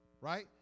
right